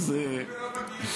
אפילו לא בגיור.